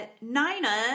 Nina